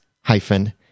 hyphen